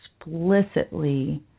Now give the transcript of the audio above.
explicitly